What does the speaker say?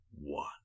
one